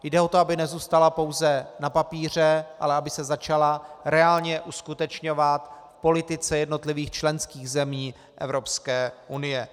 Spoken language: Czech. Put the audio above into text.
Jde o to, aby nezůstala pouze na papíře, ale aby se začala reálně uskutečňovat v politice jednotlivých členských zemí Evropské unie.